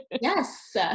yes